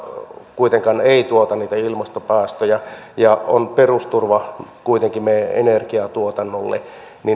kuitenkaan ei tuota niitä ilmastopäästöjä ja on perusturva kuitenkin meidän energiatuotannollemme